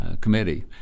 committee